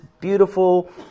beautiful